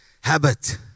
habit